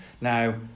Now